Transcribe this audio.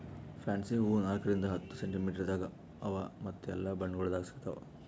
fancy ಹೂವು ನಾಲ್ಕು ರಿಂದ್ ಹತ್ತು ಸೆಂಟಿಮೀಟರದಾಗ್ ಅವಾ ಮತ್ತ ಎಲ್ಲಾ ಬಣ್ಣಗೊಳ್ದಾಗ್ ಸಿಗತಾವ್